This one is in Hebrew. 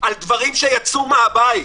על דברים שיצאו מהבית.